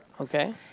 Okay